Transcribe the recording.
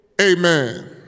amen